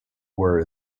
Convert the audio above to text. were